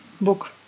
book